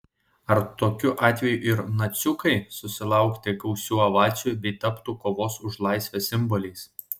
ar tokiu atveju ir naciukai susilaukti gausių ovacijų bei taptų kovos už laisvę simboliais